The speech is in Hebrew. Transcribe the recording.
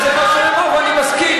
זה מה שהיא אמרה, ואני מסכים.